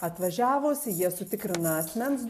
atvažiavus jie sutikrina asmens